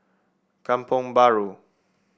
Kampong Bahru